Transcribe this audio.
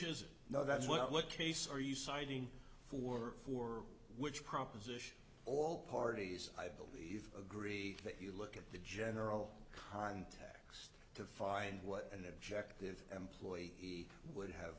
is no that's what case are you citing for for which proposition all parties i believe agree that you look at the general context to find what an objective employee would have